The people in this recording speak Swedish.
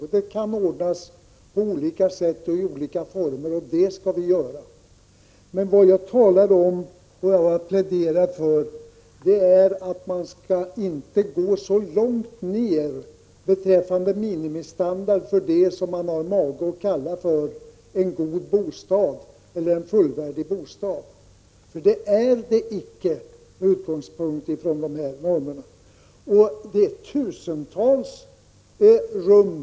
Den saken kan ordnas på olika sätt och i olika former, och vi skall också se till att så sker. Men vad jag talade om och vad jag också har pläderat för är att man inte skall ligga så lågt när det gäller minimistandarden på vad man har mage att kalla för en fullvärdig bostad — för om man utgår från normerna, är det icke fråga om någonting sådant. Under senare år har ombyggnadslån beviljats för tusentals rum.